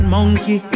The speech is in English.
Monkey